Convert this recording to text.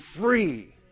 free